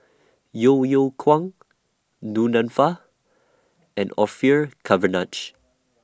Yeo Yeow Kwang Du Nanfa and Orfeur Cavenagh